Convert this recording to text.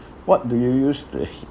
what do you use the h~